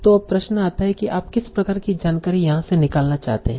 तो अब प्रश्न आता है कि आप किस प्रकार की जानकारी यहाँ से निकालना चाहते हैं